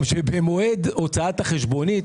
במועד הוצאת החשבונית,